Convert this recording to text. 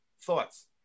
thoughts